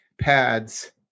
pads